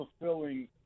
fulfilling